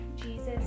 Jesus